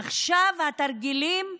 עכשיו התרגילים חייבים,